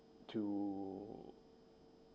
to